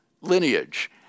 lineage